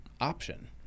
option